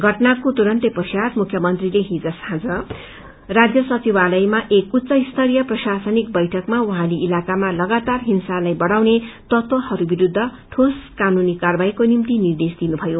षटनाको तुरन्तै पश्वात मुख्य मंत्रीले हिज साँझ राज्य सचिववालयमा एक उच्च स्तरीय प्रशासनिक बैठकमा वहाँले इलाकामा लगातार हिंसालाई बढ़ाउने तत्वहरू विरूद्ध ठोस कानूनी कार्यवाहीको निम्ति निर्देश दिनुभयो